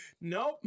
Nope